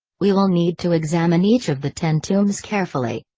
we will need to examine each of the ten tombs carefully.